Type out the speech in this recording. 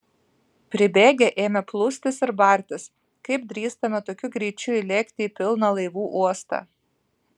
pribėgę ėmė plūstis ir bartis kaip drįstame tokiu greičiu įlėkti į pilną laivų uostą